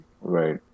right